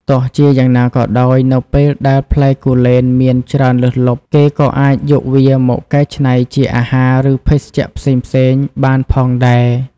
ទោះជាយ៉ាងណាក៏ដោយ នៅពេលដែលផ្លែគូលែនមានច្រើនលើសលប់ គេក៏អាចយកវាមក កែច្នៃជាអាហារ ឬភេសជ្ជៈផ្សេងៗ បានផងដែរ។